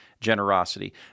generosity